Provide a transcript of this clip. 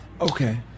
Okay